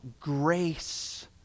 grace